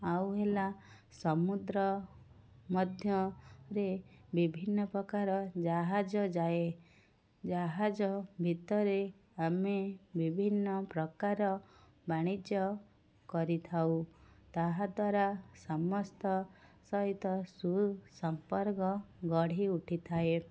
ଆଉ ହେଲା ସମୁଦ୍ର ମଧ୍ୟ ରେ ବିଭିନ୍ନ ପ୍ରକାର ଜାହାଜ ଯାଏ ଜାହାଜ ଭିତରେ ଆମେ ବିଭିନ୍ନ ପ୍ରକାର ବାଣିଜ୍ୟ କରିଥାଉ ତାହାଦ୍ଵାରା ସମସ୍ତ ସହିତ ସୁସମ୍ପର୍କ ଗଢ଼ିଉଠିଥାଏ